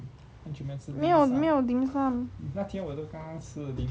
没有没有 dimsum